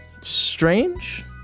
strange